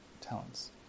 talents